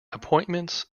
appointments